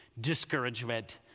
discouragement